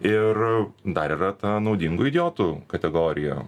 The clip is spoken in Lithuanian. ir dar yra ta naudingų idiotų kategorija